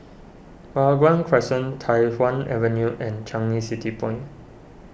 Hua Guan Crescent Tai Hwan Avenue and Changi City Point